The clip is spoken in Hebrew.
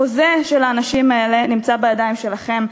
החוזה של האנשים האלה נמצא בידיים שלכם,